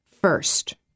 first